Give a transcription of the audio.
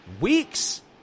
weeks